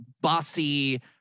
bossy